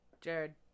Jared